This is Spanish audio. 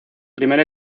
primer